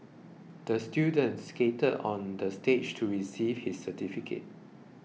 the student skated on the stage to receive his certificate